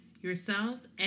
yourselves